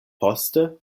poste